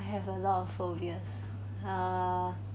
I have a lot of phobias uh